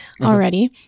already